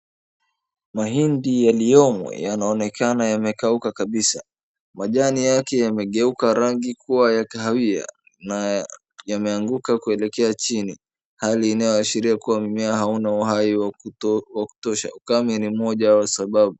Mahindi yaliyomo yanaonekana yamekauka kabisa. Majani yake yamegeuka rangi kuwa ya kahawia na yameanguka kuelekea chini hali inayoashiria kuwa mmea hauna uai wa kutosha. Ukame ni mmoja kwasababu...